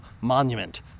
monument